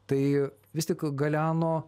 tai vis tik galeano